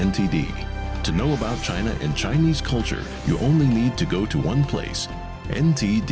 v to know about china in chinese culture you only need to go to one place indeed